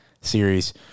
series